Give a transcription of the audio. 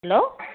hello